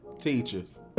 Teachers